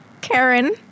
Karen